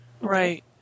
Right